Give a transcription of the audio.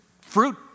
fruit